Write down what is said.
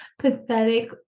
Pathetic